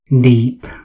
deep